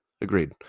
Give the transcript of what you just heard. Agreed